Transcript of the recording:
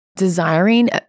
desiring